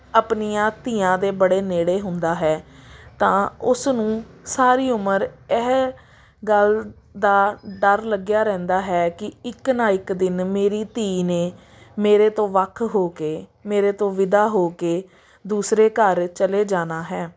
ਆਪਣੀਆਂ ਧੀਆਂ ਦੇ ਬੜੇ ਨੇੜੇ ਹੁੰਦਾ ਹੈ ਤਾਂ ਉਸ ਨੂੰ ਸਾਰੀ ਉਮਰ ਇਹ ਗੱਲ ਦਾ ਡਰ ਲੱਗਿਆ ਰਹਿੰਦਾ ਹੈ ਕਿ ਇੱਕ ਨਾ ਇੱਕ ਦਿਨ ਮੇਰੀ ਧੀ ਨੇ ਮੇਰੇ ਤੋਂ ਵੱਖ ਹੋ ਕੇ ਮੇਰੇ ਤੋਂ ਵਿਦਾ ਹੋ ਕੇ ਦੂਸਰੇ ਘਰ ਚਲੇ ਜਾਣਾ ਹੈ